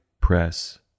Press